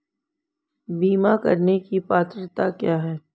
बीमा करने की पात्रता क्या है?